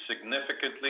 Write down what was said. significantly